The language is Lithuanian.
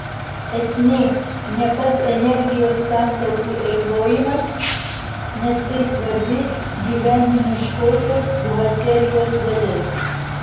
esmė ne pats energijos santaupų eikvojimas nes tai svarbi gyvenimiškosios buhalterijos dalis